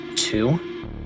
two